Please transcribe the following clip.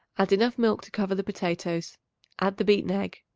add enough milk to cover the potatoes add the beaten egg.